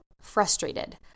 frustrated